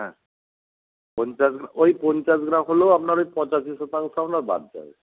হ্যাঁ পঞ্চাশ ওই পঞ্চাশ গ্রাম হলেও আপনার ওই পঁচাশি শতাংশ আপনার বাদ যাবে